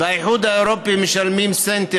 באיחוד האירופי משלמים 1 סנט.